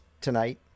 tonight